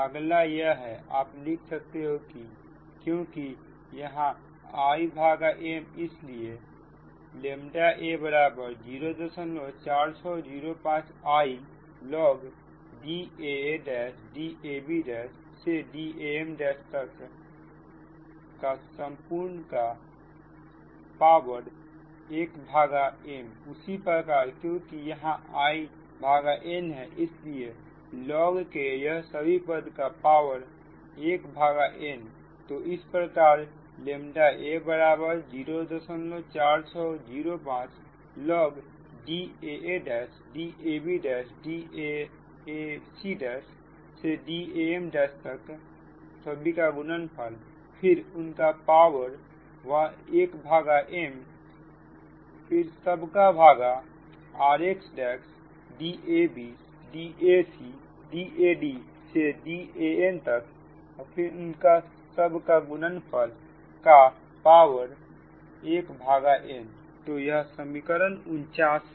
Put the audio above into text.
अगला यह है आप लिख सकते हो क्योंकि यहां Im इसलिए ʎ a04605 I log DaaDabDam1m उसी प्रकार क्योंकि यहां In है इसलिए log के यह सभी पद का पावर 1n तो इस प्रकार ʎ a04605 I log DaaDabDam1m rx'DabDacDadDan1nतो यह समीकरण 49 है